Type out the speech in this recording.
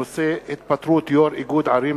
מהיר בנושא: התפטרות יושב-ראש איגוד ערים